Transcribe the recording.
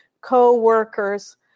co-workers